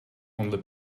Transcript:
only